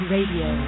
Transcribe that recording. Radio